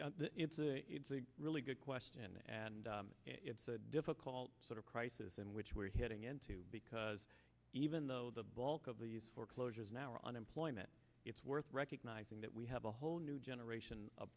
work it's a really good question and it's a difficult sort of crisis in which we're hitting into because even though the bulk of these foreclosures now are unemployment it's worth recognizing that we have a whole new generation